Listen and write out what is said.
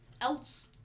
else